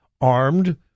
armed